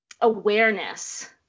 awareness